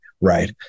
Right